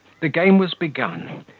the game was begun,